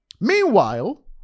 Meanwhile